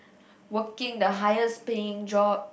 working the highest paying job